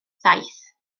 saith